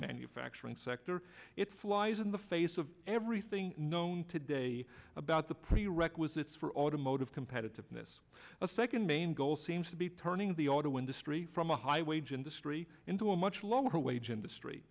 manufacturing sector it flies in the face of everything known today about the prerequisites for automotive competitiveness a second main goal seems to be turning the auto industry from a high wage industry into a much lower wage industry